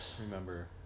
remember